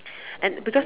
and because